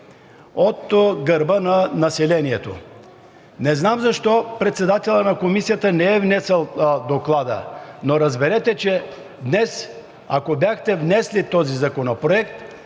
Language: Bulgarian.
от гърба на населението. Не знам защо председателят на Комисията не е внесъл доклада, но разберете, че ако днес бяхте внесли този законопроект,